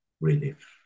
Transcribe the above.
relief